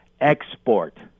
export